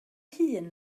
hŷn